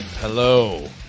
hello